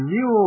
New